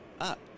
up